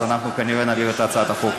אנחנו כנראה נעביר את הצעת החוק.